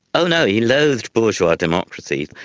oh no, he loathed bourgeois democracy,